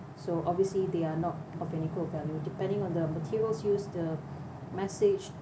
so obviously they are not of an equal value depending on the materials used the message